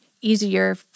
easier